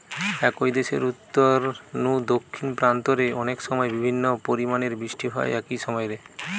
একই দেশের উত্তর নু দক্ষিণ প্রান্ত রে অনেকসময় বিভিন্ন পরিমাণের বৃষ্টি হয় একই সময় রে